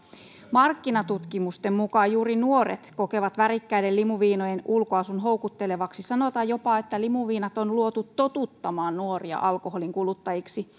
markkinatutkimusten mukaan juuri nuoret kokevat värikkäiden limuviinojen ulkoasun houkuttelevaksi sanotaan jopa että limuviinat on luotu totuttamaan nuoria alkoholin kuluttajiksi